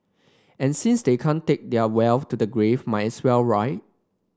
and since they can't take their wealth to the grave might as well right